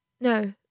no